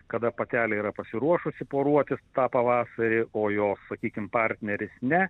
kada patelė yra pasiruošusi poruotis tą pavasarį o jos sakykim partneris ne